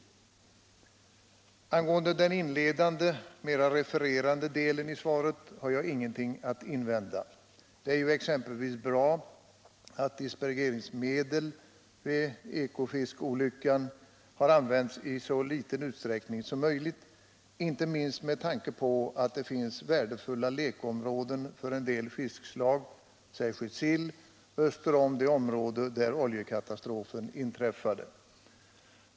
Beträffande den inledande, mera refererande delen av svaret har jag ingenting att invända. Det är exempelvis bra att dispergeringsmedel vid olyckan på Ekofiskfältet har använts i så liten utsträckning som möjligt, detta inte minst med tanke på att det finns värdefulla lekområden för en del fiskslag — särskilt sill — öster om det område där oljekatastrofen inträffade.